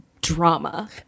drama